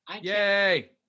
Yay